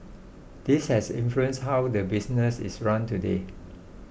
this has influenced how the business is run today